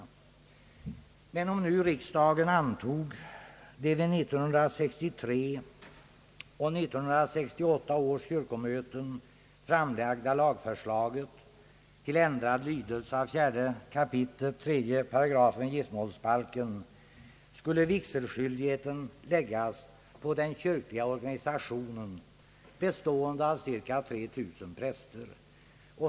Men om riksdagen nu antar det vid 1963 och 1968 års kyrkomöten framlagda lagförslaget till ändrad lydelse av 4 kap. 3 § giftermålsbalken, skulle vigselskyldigheten läggas på den kyrkliga organisationen, bestående av cirka 3 000 präster.